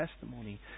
testimony